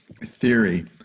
theory